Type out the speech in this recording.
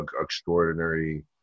extraordinary